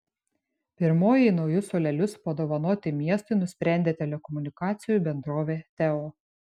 pirmoji naujus suolelius padovanoti miestui nusprendė telekomunikacijų bendrovė teo